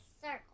circle